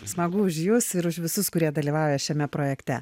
smagu už jus ir už visus kurie dalyvauja šiame projekte